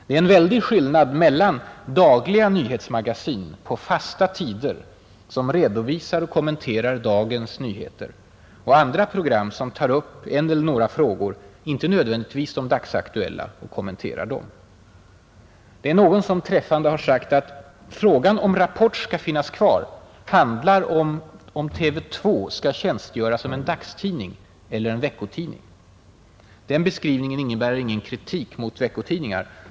Det är en väldig skillnad mellan dagliga nyhetsmagasin på fasta tider, som redovisar och kommenterar dagens nyheter, och andra program som tar upp en eller några frågor, inte nödvändigtvis de dagsaktuella, och kommenterar dem. Någon har träffande sagt att frågan, om Rapport skall finnas kvar, gäller om TV 2 skall ”tjänstgöra som en dagstidning eller en veckotidning”. Den beskrivningen innebär ingen kritik mot veckotidningar.